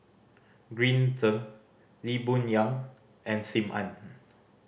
Green Zeng Lee Boon Yang and Sim Ann